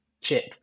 chip